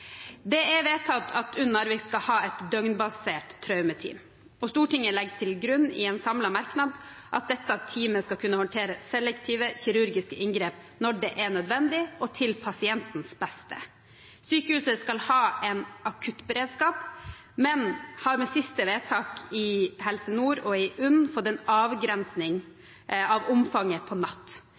Det er vedtatt at UNN Narvik skal ha et døgnbasert traumeteam, og Stortinget legger til grunn i en samlet merknad at dette teamet skal kunne håndtere selektive kirurgiske inngrep når det er nødvendig, og til pasientens beste. Sykehuset skal ha en akuttberedskap, men har med siste vedtak i Helse Nord og i UNN fått en avgrensning av omfanget på